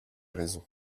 raison